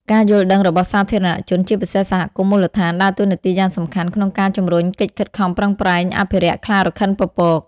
ការយល់ដឹងរបស់សាធារណជន ជាពិសេសសហគមន៍មូលដ្ឋាន ដើរតួនាទីយ៉ាងសំខាន់ក្នុងការជំរុញកិច្ចខិតខំប្រឹងប្រែងអភិរក្សខ្លារខិនពពក។